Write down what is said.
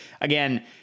again